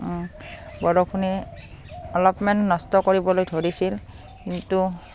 বৰষুণে অলপমান নষ্ট কৰিবলৈ ধৰিছিল কিন্তু